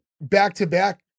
back-to-back